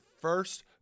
first